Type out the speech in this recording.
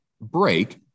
Break